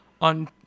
on